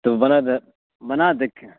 تو بنا دیں بنا دیں کیا